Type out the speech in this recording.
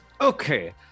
Okay